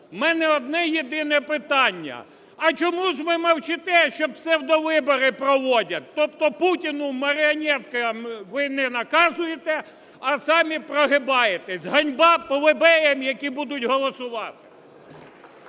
у мене одне-єдине питання: а чому ж ви мовчите, що псевдовибори проводять? Тобто Путіну, маріонеткам ви не наказуєте, а самі прогибаєтесь. Ганьба плебеям, які будуть голосувати!